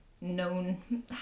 known